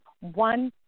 one